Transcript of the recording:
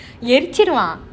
எரிச்சிடுவான்:yerichuduvaan